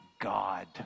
God